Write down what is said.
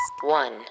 one